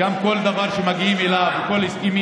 על כל דבר שמגיעים אליו ועל כל ההסכמים